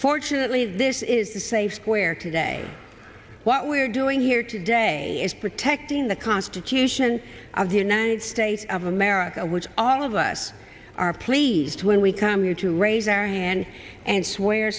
fortunately this is the safe square today what we are doing here today is protecting the constitution of the united states of america which all of us are pleased when we come here to raise our hand and swear